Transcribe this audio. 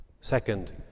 Second